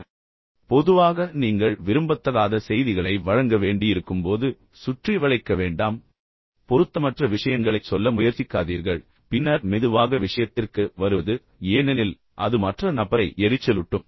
இப்போது பொதுவாக நீங்கள் விரும்பத்தகாத செய்திகளை வழங்க வேண்டியிருக்கும் போது சுற்றி வளைக்க வேண்டாம் பொருத்தமற்ற விஷயங்களைச் சொல்ல முயற்சிக்காதீர்கள் பின்னர் மெதுவாக விஷயத்திற்கு வருவது ஏனெனில் அது மற்ற நபரை எரிச்சலூட்டும்